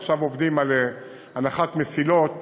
ועכשיו עובדים על הנחת מסילות